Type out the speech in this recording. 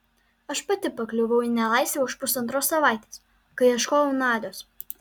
aš pati pakliuvau į nelaisvę už pusantros savaitės kai ieškojau nadios